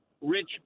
rich